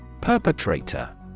Perpetrator